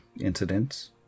incidents